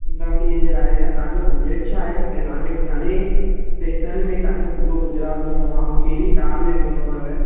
छह ॾींहनि जे लाइ ऐं तव्हां जो बजेट छाहे ऐं तव्हां खे घणे पैसनि में तव्हां खे पूरो गुजरात घुमणो आहे ऐं कहिड़ी कार में घुमणो अथव